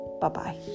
Bye-bye